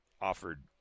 offered